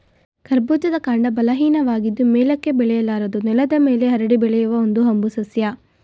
ಕರ್ಬೂಜದ ಕಾಂಡ ಬಲಹೀನವಾಗಿದ್ದು ಮೇಲಕ್ಕೆ ಬೆಳೆಯಲಾರದು ನೆಲದ ಮೇಲೆ ಹರಡಿ ಬೆಳೆಯುವ ಒಂದು ಹಂಬು ಸಸ್ಯ